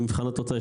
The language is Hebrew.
במבחן התוצאה,